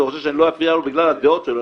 הוא חושב שאני לא אפריע לו בגלל הדעות שלו,